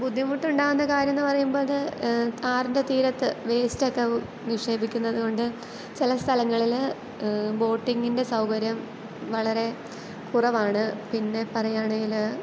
ബുദ്ധിമുട്ടുണ്ടാകുന്ന കാര്യമെന്ന് പറയുമ്പത് ആറിൻ്റെ തീരത്ത് വേസ്റ്റെക്കെ നിക്ഷേപിക്കുന്നത് കൊണ്ട് ചില സ്ഥലങ്ങളിൽ ബോട്ടിങ്ങിൻ്റെ സൗകര്യം വളരെ കുറവാണ് പിന്നെ പറയാണേൽ